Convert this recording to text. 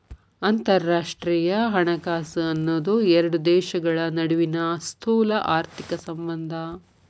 ಅಂತರರಾಷ್ಟ್ರೇಯ ಹಣಕಾಸು ಅನ್ನೋದ್ ಎರಡು ದೇಶಗಳ ನಡುವಿನ್ ಸ್ಥೂಲಆರ್ಥಿಕ ಸಂಬಂಧ